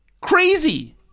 Crazy